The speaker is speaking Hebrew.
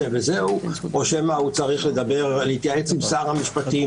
וזהו או שמא הוא צריך להתייעץ עם שר המשפטים,